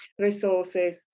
resources